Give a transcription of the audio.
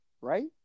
Right